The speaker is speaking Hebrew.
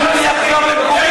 תודה רבה.